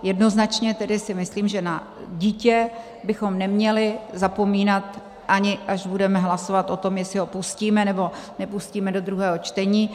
Jednoznačně si myslím, že na dítě bychom neměli zapomínat, ani až budeme hlasovat o tom, jestli ho pustíme, nebo nepustíme do druhého čtení.